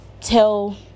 tell